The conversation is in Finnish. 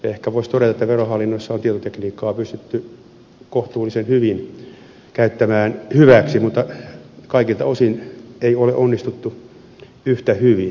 ehkä voisi todeta että verohallinnossa on tietotekniikkaa pystytty kohtuullisen hyvin käyttämään hyväksi mutta kaikilta osin ei ole onnistuttu yhtä hyvin